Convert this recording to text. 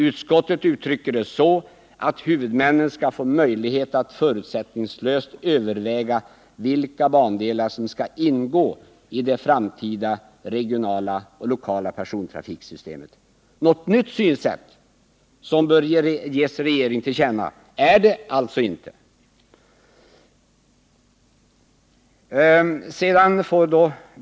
Utskottet uttrycker det så att huvudmännen skall få möjlighet att förutsättningslöst överväga vilka bandelar som skall ingå i det framtida regionala och lokala persontrafiksystemet. Något nytt synsätt som bör ges regeringen till känna är det alltså inte fråga om.